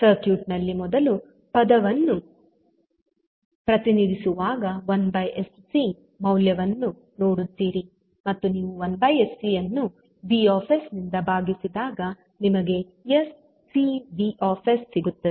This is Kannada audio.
ಸರ್ಕ್ಯೂಟ್ ನಲ್ಲಿ ಮೊದಲ ಪದವನ್ನು ಪ್ರತಿನಿಧಿಸುವಾಗ 1sC ಮೌಲ್ಯವನ್ನು ನೋಡುತ್ತೀರಿ ಮತ್ತು ನೀವು 1sC ಅನ್ನು V ನಿಂದ ಭಾಗಿಸಿದಾಗ ನಿಮಗೆ sCV ಸಿಗುತ್ತದೆ